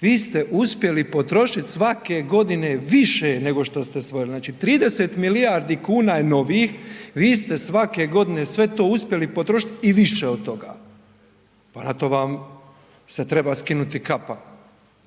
Vi ste uspjeli potrošit svake godine više nego što ste stvorili. Znači 30 milijardi kuna je novih, vi ste svake godine sve to uspjeli potrošiti i više od toga. Pa na tom vam se treba skinuti kapa.